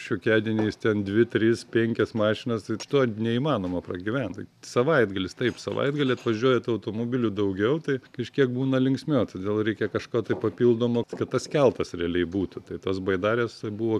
šiokiadieniais ten dvi trys penkias mašinas tai to neįmanoma pragyvent tai savaitgalis taip savaitgalį atvažiuoja tų automobilių daugiau tai kažkiek būna linksmiau todėl reikia kažko taip papildomo kad tas keltas realiai būtų tai tos baidarės buvo